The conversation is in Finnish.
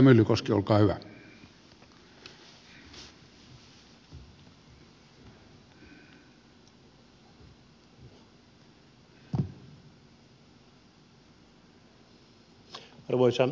arvoisa herra puhemies